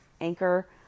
Anchor